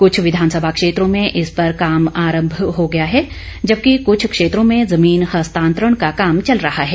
कृछ विधानसभा क्षेत्रों में इस पर काम आरंभ हो गया है जबकि कुछ क्षेत्रों में जमीन हस्तांतरण का काम चल रहा है